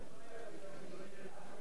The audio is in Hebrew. בחודש אייר תשע"ב,